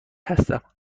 هستم